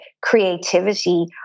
creativity